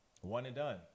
One-and-done